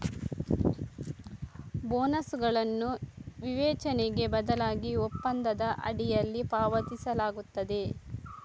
ಬೋನಸುಗಳನ್ನು ವಿವೇಚನೆಗೆ ಬದಲಾಗಿ ಒಪ್ಪಂದದ ಅಡಿಯಲ್ಲಿ ಪಾವತಿಸಲಾಗುತ್ತದೆ